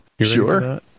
sure